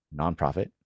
nonprofit